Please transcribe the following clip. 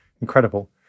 Incredible